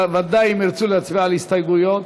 בוודאי הם ירצו להצביע על הסתייגויות,